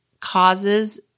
causes